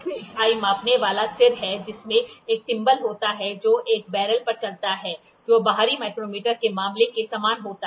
मुख्य इकाई मापने वाला सिर है जिसमें एक थिम्बल होता है जो एक बैरल पर चलता है जो बाहरी माइक्रोमीटर के मामले के समान होता है